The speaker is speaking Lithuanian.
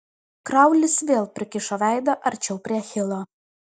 kraulis vėl prikišo veidą arčiau prie achilo